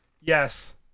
Yes